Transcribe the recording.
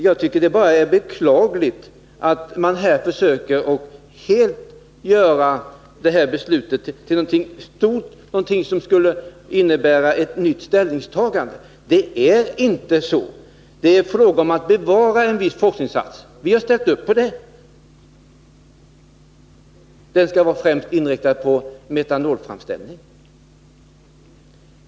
Jag tycker bara att det är beklagligt att man försöker göra det här beslutet till något som skulle innebära ett nytt ställningstagande. Det är inte så, utan det är fråga om att bevara en viss forskningsinsats, som främst skall vara inriktad på metanolframställning. Vi har ställt upp bakom det.